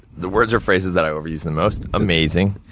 the words of phrases that i overuse the most? amazing,